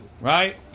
right